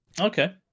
Okay